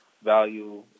value